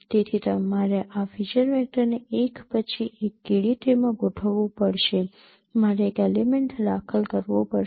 તેથી મારે આ ફીચર વેક્ટરને એક પછી એક K D ટ્રી માં ગોઠવવું પડશે મારે એક એલિમેન્ટ દાખલ કરવો પડશે